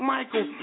Michael